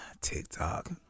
TikTok